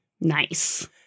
Nice